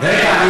רגע,